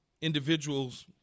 individuals